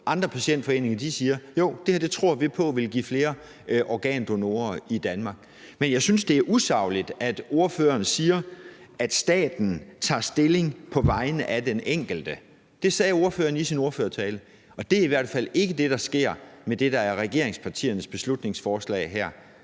Andre patientforeninger siger: Jo, det her tror vi på vil give flere organdonorer i Danmark. Men jeg synes, det er usagligt, at ordføreren siger, at staten tager stilling på vegne af den enkelte. Det sagde ordføreren i sin ordførertale, og det er i hvert fald ikke det, der sker med det, der er regeringspartiernes beslutningsforslag her.